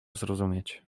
zrozumieć